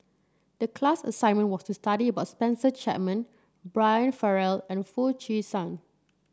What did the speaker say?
the class assignment was to study about Spencer Chapman Brian Farrell and Foo Chee San